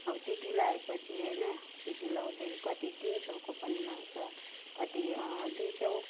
अब त्यति लगाए पछि होन त्यति लगाउँदै कति तिन सौको पनि लगाउँछ कति दुई सौ